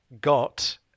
got